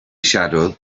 shadow